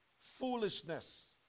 foolishness